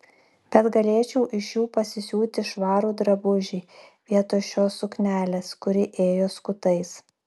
bet galėčiau iš jų pasisiūti švarų drabužį vietoj šios suknelės kuri ėjo skutais